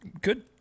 Good